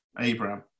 Abraham